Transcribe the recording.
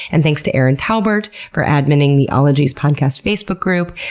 and thanks to erin talbert for adminning the ologies podcast facebook group.